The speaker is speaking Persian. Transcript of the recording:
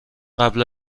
قبل